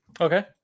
Okay